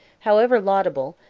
however laudable,